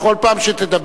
בכל פעם שתדבר.